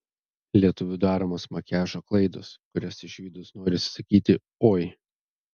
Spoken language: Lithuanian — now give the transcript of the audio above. lietuvių daromos makiažo klaidos kurias išvydus norisi sakyti oi